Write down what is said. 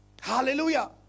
Hallelujah